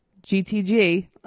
GTG